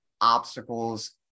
obstacles